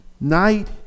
night